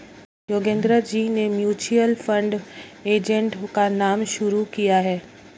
योगेंद्र जी ने mutual fund agent का काम शुरू किया है